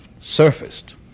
surfaced